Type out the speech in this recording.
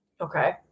Okay